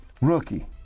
rookie